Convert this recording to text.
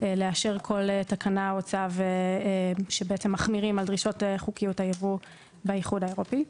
לאשר כל תקנה או צו שמחמירים עם דרישות חוקיות הייבוא באיחוד האירופי.